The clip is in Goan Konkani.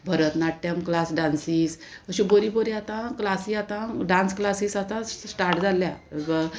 भरतनाट्यम क्लास डांसीस अश्यो बऱ्यो बऱ्यो आतां क्लासी आतां डांस क्लासीस आतां स्टार्ट जाल्ल्या